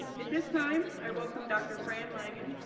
at this time, i welcome dr. fran langan,